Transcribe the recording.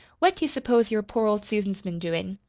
what do you s'pose your poor old susan's been doin'?